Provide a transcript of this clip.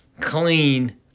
clean